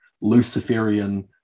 Luciferian